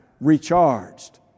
recharged